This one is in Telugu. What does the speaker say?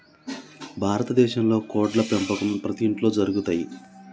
భారత దేశంలో కోడ్ల పెంపకం ప్రతి ఇంట్లో జరుగుతయ్